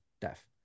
death